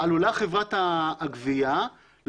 אז עלולה חברת הגבייה לומר,